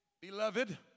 Beloved